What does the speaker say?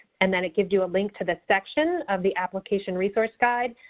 and then it gives you a link to the section of the application resource guide,